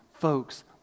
Folks